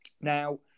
now